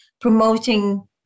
Promoting